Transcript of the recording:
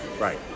Right